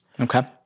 Okay